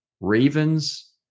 Ravens